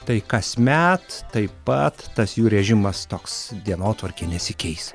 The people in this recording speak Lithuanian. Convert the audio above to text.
tai kasmet taip pat tas jų režimas toks dienotvarkė nesikeis